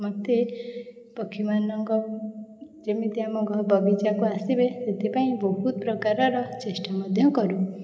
ମୋତେ ପକ୍ଷୀମାନଙ୍କ ଯେମିତି ଆମ ଘ ବଗିଚାକୁ ଆସିବେ ସେଥିପାଇଁ ବହୁତ ପ୍ରକାରର ଚେଷ୍ଟା ମଧ୍ୟ କରୁ